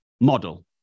model